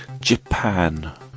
Japan